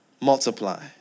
Multiply